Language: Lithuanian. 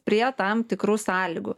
prie tam tikrų sąlygų